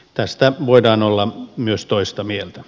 tästä voidaan olla myös toista mieltä